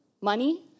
money